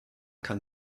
kann